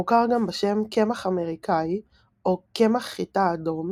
המוכר גם בשם "קמח אמריקאי" או "קמח חיטה אדום",